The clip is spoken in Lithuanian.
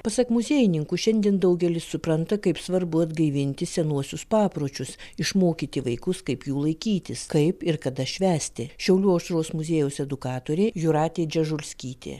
pasak muziejininkų šiandien daugelis supranta kaip svarbu atgaivinti senuosius papročius išmokyti vaikus kaip jų laikytis kaip ir kada švęsti šiaulių aušros muziejaus edukatorė jūratė džežulskytė